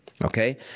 okay